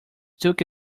took